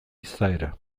izaera